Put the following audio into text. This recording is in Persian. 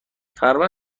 تقریبا